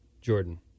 Jordan